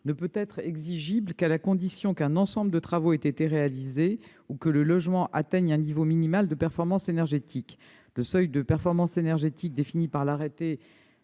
ne peut être exigible qu'à la condition qu'un ensemble de travaux ait été réalisé ou que le logement atteigne un niveau minimal de performance énergétique. Le seuil de performance énergétique défini par l'arrêté